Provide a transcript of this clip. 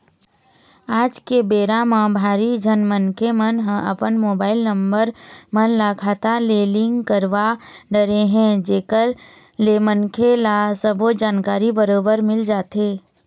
आज के बेरा म भारी झन मनखे मन ह अपन मोबाईल नंबर मन ल खाता ले लिंक करवा डरे हे जेकर ले मनखे ल सबो जानकारी बरोबर मिल जाथे